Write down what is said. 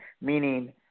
Meaning